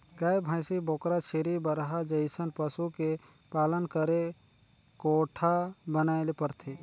गाय, भइसी, बोकरा, छेरी, बरहा जइसन पसु के पालन करे कोठा बनाये ले परथे